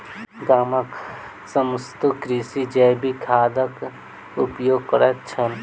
गामक समस्त कृषक जैविक खादक उपयोग करैत छल